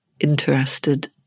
interested